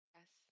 Yes